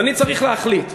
אז אני צריך להחליט,